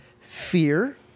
fear